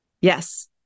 Yes